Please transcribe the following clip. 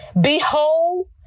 Behold